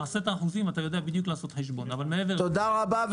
תודה רבה.